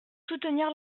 soutenir